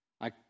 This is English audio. I